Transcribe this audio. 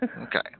Okay